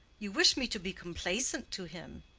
you wish me to be complaisant to him?